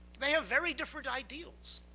they have very different ideals.